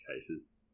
cases